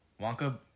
Wonka